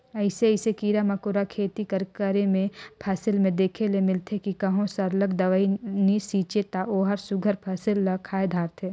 अइसे अइसे कीरा मकोरा खेती कर करे में फसिल में देखे ले मिलथे कि कहों सरलग दवई नी छींचे ता ओहर सुग्घर फसिल ल खाए धारथे